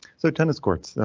so tennis courts,